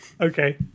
Okay